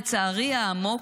לצערי העמוק,